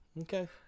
Okay